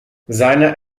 seiner